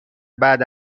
بعد